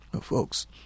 Folks